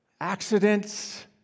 accidents